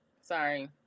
Sorry